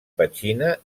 petxina